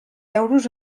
euros